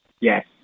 Yes